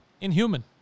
inhuman